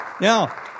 Now